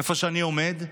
איפה שאני עומד,